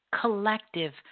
collective